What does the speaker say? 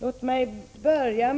Fru talman!